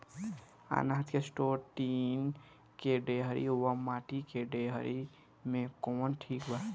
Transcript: अनाज के store tin के डेहरी व माटी के डेहरी मे कवन ठीक बा?